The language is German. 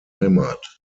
heimat